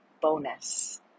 bonus